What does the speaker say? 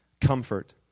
Comfort